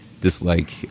dislike